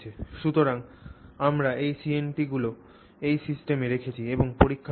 সুতরাং আমরা এই CNT গুলি এই সিস্টেমে রেখেছি এবং পরীক্ষা করছি